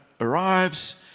Arrives